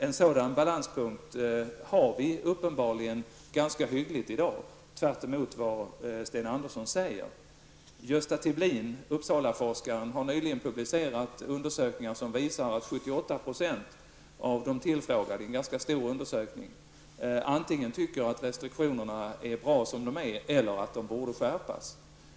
En sådan balanspunkt har vi uppenbarligen i dag, tvärtemot vad Sten Andersson säger. Uppsalaforskaren Gösta Tibblin har nyligen publicerat undersökningar som visar att 78 % av de tillfrågade i en ganska stor undersökning antingen tycker att restriktionerna är bra som de är eller att de bör skärpas.